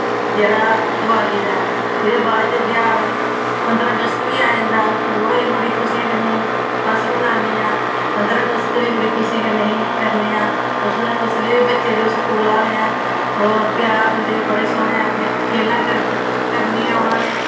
जेह्ड़ा देयाली दा ऐ एह् बाद च तेहार पंदरां अगस्त बी आई जंदा ओह् बी अस बड़ी खुशियें कन्नै अस मनान्ने आं पंदरां अगस्त बी बड़ी खुशी कन्नै अस करने आं उसलै बी बच्चे जेह्ड़े स्कूल आह्ले ऐं ओ त्यार होंदे बड़े सोह्ने अपने खेल्ला करनियां उ'नें ने